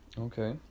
Okay